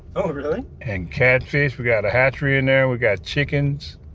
oh, really? and catfish. we got a hatchery in there, we got chickens.